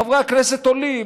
חברי הכנסת עולים,